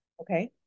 Okay